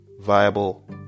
viable